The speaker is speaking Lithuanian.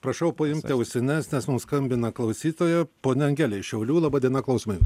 prašau paimti ausines nes mums skambina klausytoja ponia angelė iš šiaulių laba diena klausome jusų